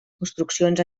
construccions